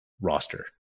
roster